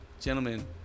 gentlemen